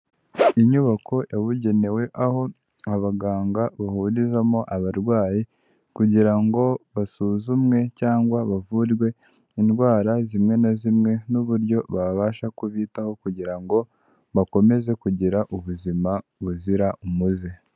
Inyubako yabugenewe aho abaganga bahurizamo abarwayi kugira ngo basuzumwe cyangwa bavurwe indwara zimwe na zimwe n'uburyo babasha kubitaho kugira ngo bakomeze kugira ubuzima buzira umuze.